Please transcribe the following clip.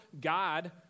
God